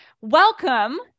Welcome